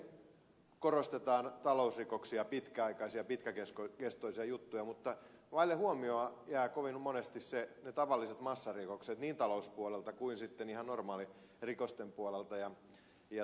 usein korostetaan talousrikoksia pitkäaikaisia pitkäkestoisia juttuja mutta vaille huomiota jäävät kovin monesti ne tavalliset massarikokset niin talouspuolella kuin ihan normaalirikosten puolella